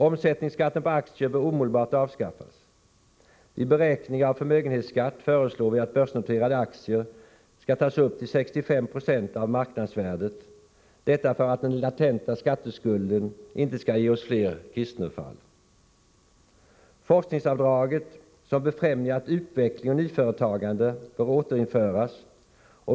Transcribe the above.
Omsättningsskatten på aktier bör omedelbart avskaffas. Vid beräkning av förmögenhetsskatt föreslår vi att börsnoterade aktier skall tas upp till 65 96 av marknadsvärdet, detta för att den latenta skatteskulden inte skall ge oss fler ”Kistnerfall”. Forskningsavdraget, som befrämjat utveckling och nyföretagande, bör återinföras.